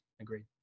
agreed